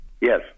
Yes